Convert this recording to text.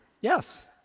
Yes